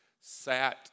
sat